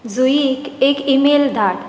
जुईक एक ईमेल धाड